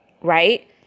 Right